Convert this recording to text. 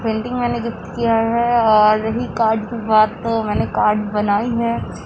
painting میں نے gift کیا ہے اور رہی کارڈ کی بات تو میں نے کارڈ بنائی ہے